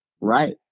right